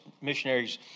missionaries